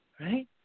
right